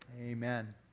Amen